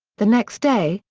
the next day,